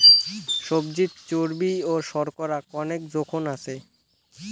সবজিত চর্বি ও শর্করা কণেক জোখন আছে